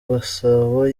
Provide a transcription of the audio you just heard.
gasabo